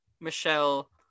Michelle